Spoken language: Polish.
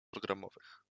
programowych